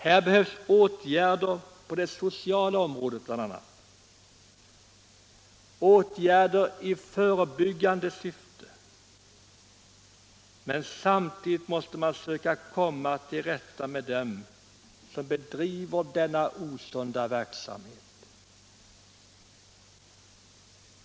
Här behövs åtgärder på det sociala området i förebyggande syfte, men samtidigt måste man försöka komma till rätta med dem som bedriver denna osunda verksamhet.